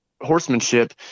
horsemanship